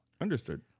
understood